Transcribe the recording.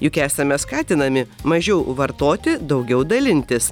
juk esame skatinami mažiau vartoti daugiau dalintis